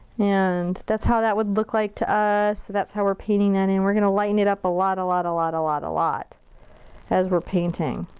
and that's how that would look like to us, so that's how we're painting that in. we're gonna lighten it up a lot a lot a lot a lot a lot as we're painting.